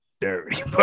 dirty